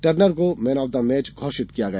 Turner को man of the match घोषित किया गया